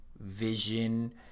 vision